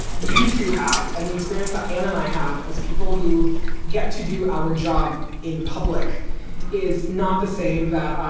you two have and the experience that ann and i have as people who get to do our job in public is not the same that,